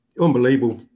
unbelievable